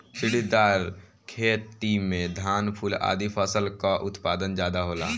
सीढ़ीदार खेती में धान, फूल आदि फसल कअ उत्पादन ज्यादा होला